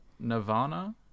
Nirvana